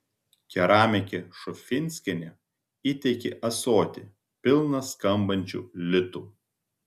keramikė šufinskienė įteikė ąsotį pilną skambančių litų